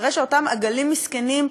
אחרי שאותם עגלים מסכנים,